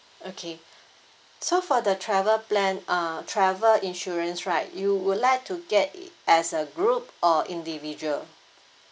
okay so for the travel plan uh travel insurance right you would like to get it as a group or individual